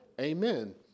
Amen